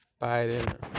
Biden